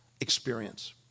experience